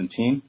2017